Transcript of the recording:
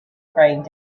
praying